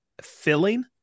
filling